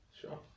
Sure